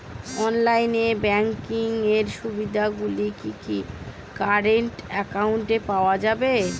Online banking এর সুবিধে গুলি কি কারেন্ট অ্যাকাউন্টে পাওয়া যাবে?